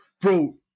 Bro